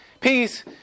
Peace